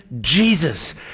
Jesus